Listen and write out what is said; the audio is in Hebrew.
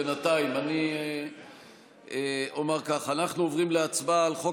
בינתיים אנחנו עוברים להצבעה על חוק